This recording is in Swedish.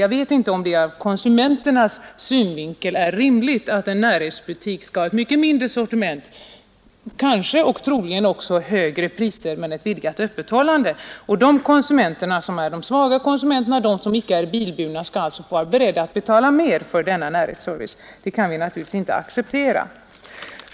Jag vet inte om det ur konsumenternas synvinkel är rimligt att en närhetsbutik skall ha ett mycket mindre sortiment och troligen högre priser men ett vidgat öppethållande. Att de ”svaga” konsumenterna, som icke är bilburna, skall få betala mer för denna närhetsservice kan vi naturligtvis inte acceptera.